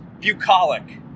bucolic